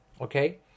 Okay